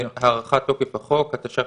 אני מבקש לעבור להצבעה.